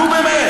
נו, באמת.